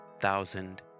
thousand